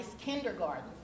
kindergarten